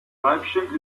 weibchen